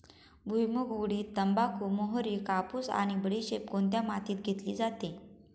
भुईमूग, उडीद, तंबाखू, मोहरी, कापूस आणि बडीशेप कोणत्या मातीत घेतली जाते?